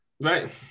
Right